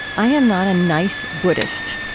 i am not a nice buddhist.